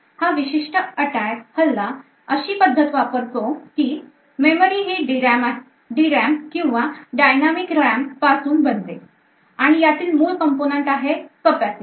हा विशिष्ट अटॅक हल्ला अशी पद्धत वापरतो की मेमरी ही D RAM किंवा Dynamic RAM पासून बनते आणि यातील मूळ component आहे capacitor